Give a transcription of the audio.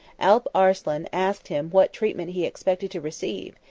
alp arslan asked him what treatment he expected to receive,